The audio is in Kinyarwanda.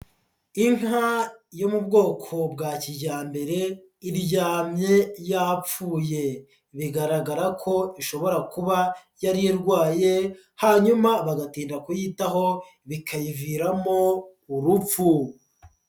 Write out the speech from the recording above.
Inka yo mu bwoko bwa kijyambere iryamye yapfuye, bigaragara ko ishobora kuba yari irwaye hanyuma bagatinda kuyitaho bikayiviramo urupfu.